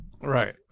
Right